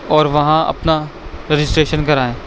اور وہاں اپنا رجسٹریشن کرائیں